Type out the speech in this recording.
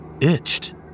itched